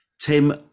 Tim